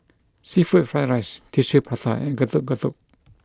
seafood fried rice Tissue Prata and Getuk Getuk